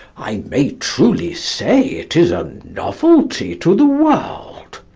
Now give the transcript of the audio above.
i may truly say it is a novelty to the world.